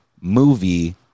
Movie